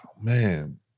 man